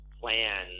plan